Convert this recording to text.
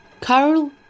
Carl